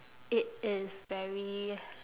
it is very